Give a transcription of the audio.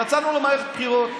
יצאנו למערכת בחירות.